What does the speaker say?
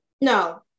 No